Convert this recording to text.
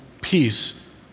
peace